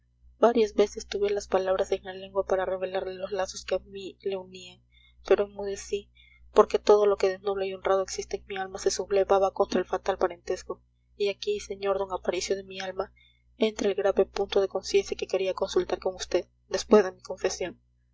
varias veces tuve las palabras en la lengua para revelarle los lazos que a mí le unían pero enmudecí porque todo lo que de noble y honrado existe en mi alma se sublevaba contra el fatal parentesco y aquí sr d aparicio de mi alma entra el grave punto de conciencia que quería consultar con vd después de mi confesión